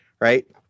right